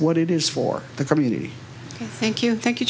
what it is for the community thank you thank you